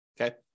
Okay